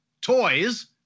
toys